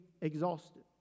exhausted